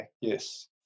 yes